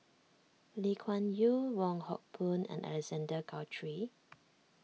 Lee Kuan Yew Wong Hock Boon and Alexander Guthrie